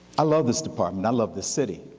i love this department, i love this city.